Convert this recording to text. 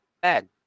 bad